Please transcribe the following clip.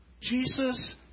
Jesus